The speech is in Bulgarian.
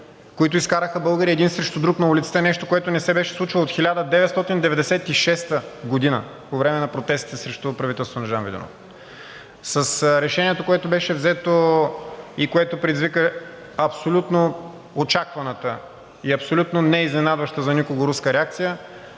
които изкараха българи един срещу друг на улицата, нещо, което не се беше случвало от 1996 г. по време на протестите срещу правителството на Жан Виденов. С решението, което беше взето и което предизвика абсолютно очакваната и абсолютно неизненадваща за никого руска реакция,